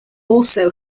also